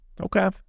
Okay